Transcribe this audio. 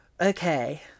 Okay